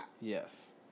Yes